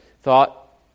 thought